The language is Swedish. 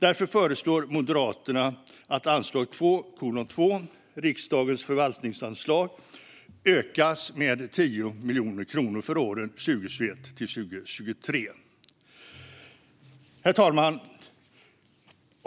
Därför föreslår Moderaterna att anslaget 2:2 Riksdagens förvaltningsanslag ökas med 10 miljoner kronor för åren 2021-2023. Herr talman!